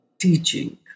teaching